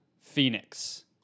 Phoenix